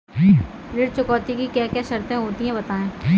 ऋण चुकौती की क्या क्या शर्तें होती हैं बताएँ?